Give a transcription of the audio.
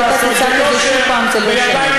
אני שואל שאלה, הוא אף פעם לא עונה על השאלות שלי.